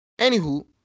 anywho